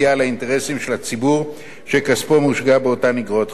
האינטרסים של הציבור שכספו מושקע באותן איגרות חוב.